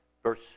Verse